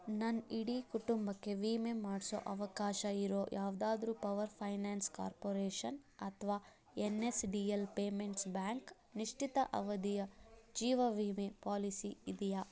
ನನ್ನ ಇಡೀ ಕುಟುಂಬಕ್ಕೆ ವಿಮೆ ಮಾಡಿಸೋ ಅವಕಾಶ ಇರೋ ಯಾವುದಾದ್ರು ಪವರ್ ಫೈನಾನ್ಸ್ ಕಾರ್ಪೊರೇಷನ್ ಅಥವಾ N S D L payments bank ನಿಶ್ಚಿತ ಅವಧಿಯ ಜೀವ ವಿಮೆ ಪಾಲಿಸಿ ಇದೆಯಾ